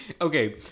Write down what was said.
okay